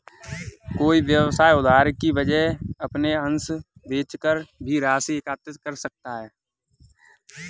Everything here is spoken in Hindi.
कोई व्यवसाय उधार की वजह अपने अंश बेचकर भी राशि एकत्रित कर सकता है